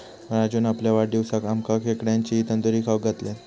राजून आपल्या वाढदिवसाक आमका खेकड्यांची तंदूरी खाऊक घातल्यान